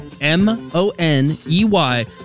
M-O-N-E-Y